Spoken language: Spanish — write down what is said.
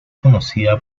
conocida